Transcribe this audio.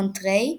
מונטריי